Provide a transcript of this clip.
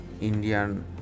Indian